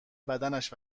بدنش